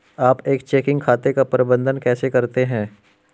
आप एक चेकिंग खाते का प्रबंधन कैसे करते हैं?